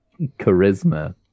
charisma